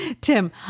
Tim